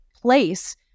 place